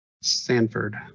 Sanford